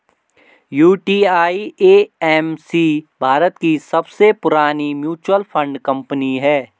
UTI AMC Bharat की सबसे पुरानी म्यूचुअल फंड कंपनी है